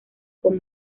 con